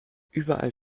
überall